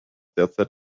derzeit